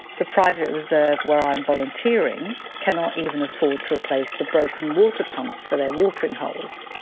the private reserve where i am volunteering cannot even afford to replace the broken water pumps for their watering holes.